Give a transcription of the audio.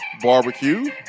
Barbecue